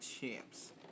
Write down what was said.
champs